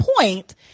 point